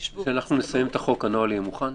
כשנסיים את החוק הנוהל יהיה מוכן?